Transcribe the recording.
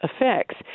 effects